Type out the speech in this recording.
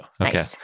Okay